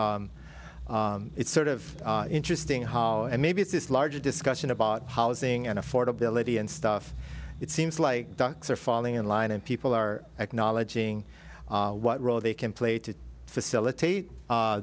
it's sort of interesting hall and maybe it's this larger discussion about housing and affordability and stuff it seems like ducks are falling in line and people are acknowledging what role they can play to facilitate